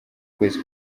kwezi